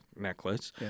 necklace